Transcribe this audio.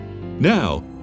Now